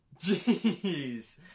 Jeez